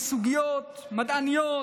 בסוגיות מדעיות,